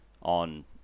on